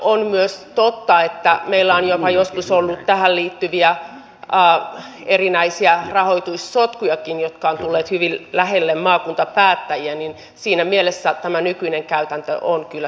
on myös totta että meillä on jopa joskus ollut tähän liittyviä erinäisiä rahoitussotkujakin jotka ovat tulleet hyvin lähelle maakuntapäättäjiä niin että siinä mielessä tämä nykyinen käytäntö on kyllä syytä pitää voimassa